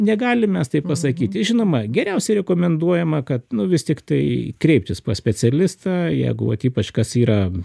negalim mes taip pasakyti žinoma geriausia rekomenduojama kad vis tiktai kreiptis pas specialistą jeigu atipiškas yra